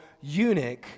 eunuch